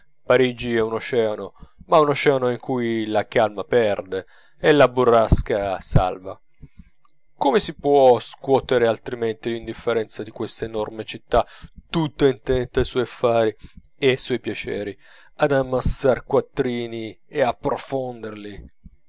parigi è un oceano ma un oceano in cui la calma perde e la burrasca salva come si può scuotere altrimenti l'indifferenza di questa enorme città tutta intenta ai suoi affari e ai suoi piaceri ad ammassar quattrini e